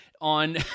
On